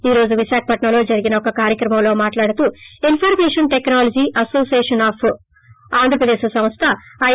ఈ రోజు విశాఖపట్స ంలో జరిగిన ఒక కార్యక్రమంలో మాట్లాడుతూ insertion టెక్సాలజీ association of Andhra Pradesh సంస్వ I